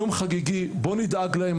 יום חגיגי, בואו נדאג להם.